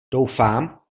doufám